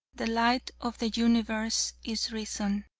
the light of the universe is reason.